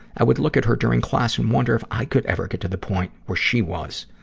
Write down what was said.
i would look at her during class and wonder if i could ever get to the point where she was.